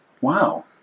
wow